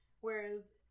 Whereas